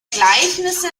gleichnisse